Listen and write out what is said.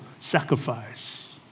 sacrifice